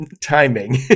timing